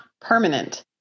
permanent